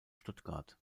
stuttgart